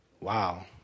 Wow